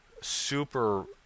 super